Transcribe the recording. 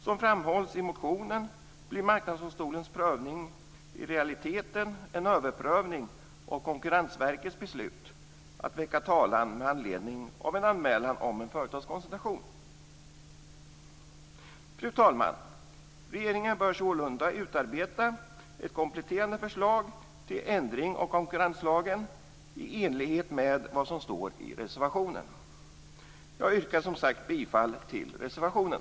Som framhålls i motionen blir Marknadsdomstolens prövning i realiteten en överprövning av Fru talman! Regeringen bör sålunda utarbeta ett kompletterande förslag till ändring av konkurrenslagen i enlighet med vad som står i reservationen. Jag yrkar som sagt bifall till reservationen.